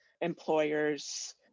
Employers